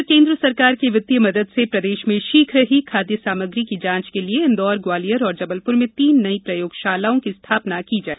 उधर केन्द्र सरकार की वित्तीय मदद से प्रदेश में शीघ्र ही खाद्य सामग्री की जाँच के लिये इंदौर ग्वालियर एवं जबलपुर में तीन नई प्रयोगशालाओं का निर्माण किया जाएगा